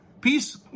Peace